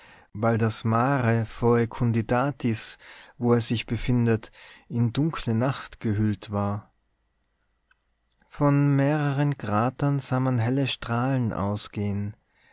weil das mare foecunditatis wo er sich befindet in dunkle nacht gehüllt war von mehreren kratern sah man helle strahlen ausgehen